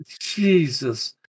Jesus